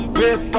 rip